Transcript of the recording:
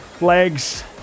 legs